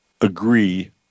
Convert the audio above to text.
agree